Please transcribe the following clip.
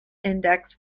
index